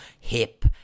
hip